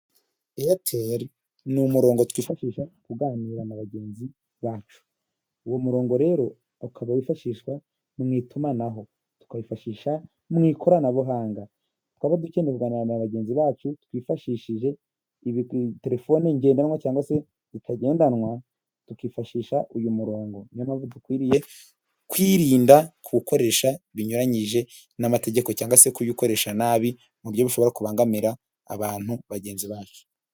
Eyateri ni umurongo twifashisha mu kuganira na bagenzi bacu. Uwo murongo rero ukaba wifashishwa mu itumanaho, tukawifashisha mu ikoranabuhanga, tukaba dukeneye kuganira na bagenzi bacu twifashishije terefoni ngendanwa, cyangwa se zitagendanwa tukifashisha uyu murongo. Nyamara dukwiriye kwirinda kuwukoresha binyuranyije n'amategeko cyangwa se kuyikoresha nabi, mu buryo bushobora kubangamira abantu bagenzi bacu.